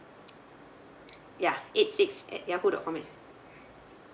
ya eight six at yahoo dot com